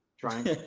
Trying